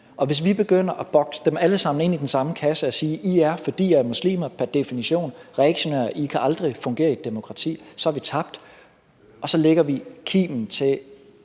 Og hvis vi begynder at bokse dem alle sammen ind i den samme kasse og sige, at de, fordi de er muslimer, pr. definition er reaktionære og aldrig vil kunne fungere i et demokrati, har vi tabt, og så lægger vi kimen til